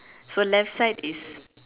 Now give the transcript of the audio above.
so left side is